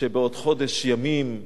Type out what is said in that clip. שבעוד חודש ימים,